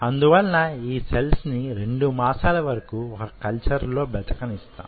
అందువలన ఈ సెల్స్ ని 2 మాసాల వరకు ఒక కల్చర్ లో బ్రతకనిస్తాం